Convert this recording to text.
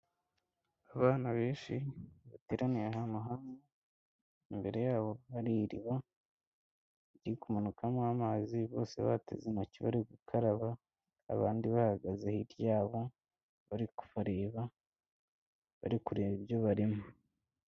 Abana benshi bateraniye ahantu hamwe. Imbere yabo hari iriba ririkumanukamo amazi. Bose bateze intoki barigukaraba. Abandi bahagaze hirya yabo barikubareba, barikureba ibyo barimo.